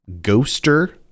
Ghoster